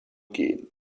gehen